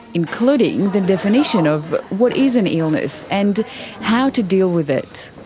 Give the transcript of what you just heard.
including the definition of what is an illness and how to deal with it.